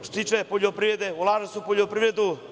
Što se tiče poljoprivrede, ulaže se u poljoprivredu.